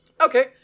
okay